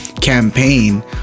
campaign